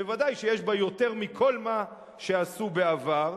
בוודאי שיש בה יותר מכל מה שעשו בעבר,